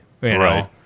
Right